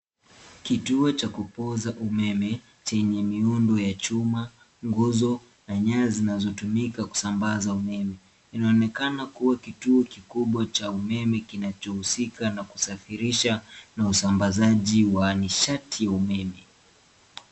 Kituo cha kupoza umeme chenye miundo ya chuma, nguzo na nyaya zinazotumika kusambaza umeme. Inaonekana kuwa kituo kikubwa cha umeme kinachohusika na kusafirisha na usambazaji wa nishati wa umeme.